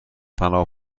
فنا